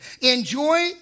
Enjoy